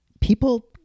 people